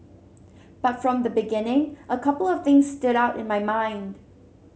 but from the beginning a couple of things stood out in my mind